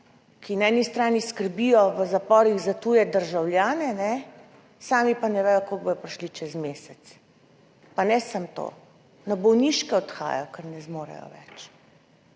ki na eni strani skrbijo v zaporih za tuje državljane, sami pa ne vedo, kako bodo prišli čez mesec, pa ne samo to, na bolniške odhajajo, ker ne zmorejo več.